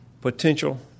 potential